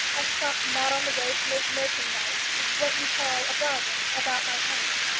i stopped not on the road to make merchandise what you call a bargain about my coming.